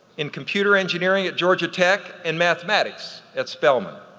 in computer engineering at georgia tech, in mathematics at spelman.